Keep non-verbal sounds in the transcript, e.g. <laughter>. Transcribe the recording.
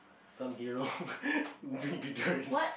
some hero <laughs> bring deodorant